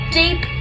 deep